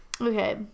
okay